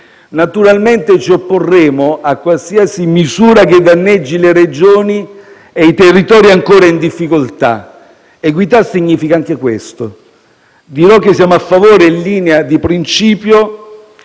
Naturalmente, ci opporremo a qualsiasi misura che danneggi le Regioni e i territori ancora in difficoltà. Equità significa anche questo. Dirò che, in linea di principio,